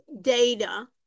data